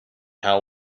how